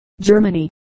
Germany